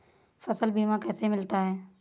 फसल बीमा कैसे मिलता है?